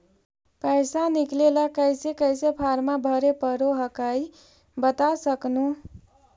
पैसा निकले ला कैसे कैसे फॉर्मा भरे परो हकाई बता सकनुह?